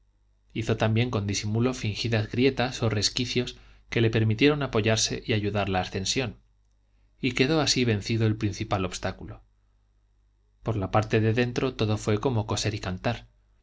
hizo también con disimulo fingidas grietas o resquicios que le permitieron apoyarse y ayudar la ascensión y quedó así vencido el principal obstáculo por la parte de dentro todo fue como coser y cantar